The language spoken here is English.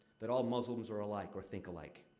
that all muslims are alike or think alike.